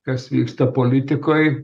kas vyksta politikoj